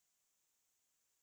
can even